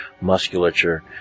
musculature